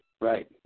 right